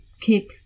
keep